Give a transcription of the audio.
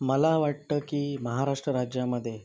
मला वाटतं की महाराष्ट्र राज्यामध्ये